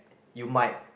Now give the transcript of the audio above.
you might